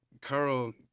Carl